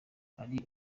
hari